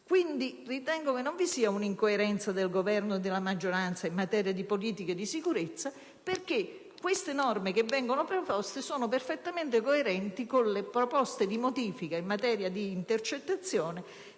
quindi che non vi sia un'incoerenza del Governo e della maggioranza in materia di politiche per la sicurezza: le norme proposte sono perfettamente coerenti con le proposte di modifica in materia di intercettazioni